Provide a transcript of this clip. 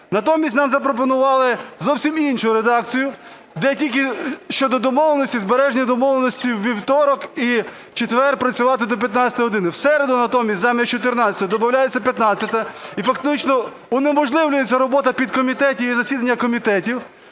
Натомість нам запропонували зовсім іншу редакцію, де тільки щодо домовленостей – збережені домовленості у вівторок і четвер працювати до 15 години, в середу натомість замість 14-ї добавляється 15-а, і фактично унеможливлюється робота підкомітетів і засідання комітетів.